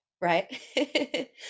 right